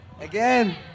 Again